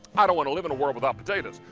i don't want to live in a world without potatoes.